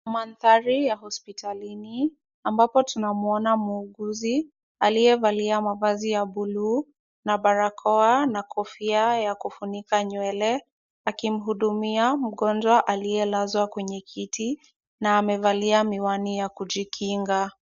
Mandhari ya hospitalini, ambapo tunamwona muuguzi aliyevalia mavazi ya buluu na barakoa na kofia ya kufunika nywele, akimhudumia mgonjwa aliyelazwa kwenye kiti na amevalia miwani ya kujikinga.